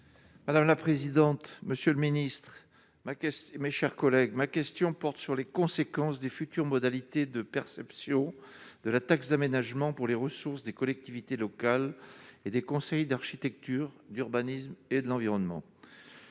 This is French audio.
Madame la présidente, monsieur le ministre, ma question, mes chers collègues, ma question porte sur les conséquences des futures modalités de perception de la taxe d'aménagement pour les ressources des collectivités locales et des conseils d'architecture, d'urbanisme et de l'environnement,